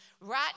right